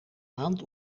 maand